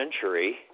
century